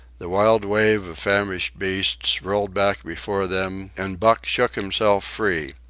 the wild wave of famished beasts rolled back before them, and buck shook himself free.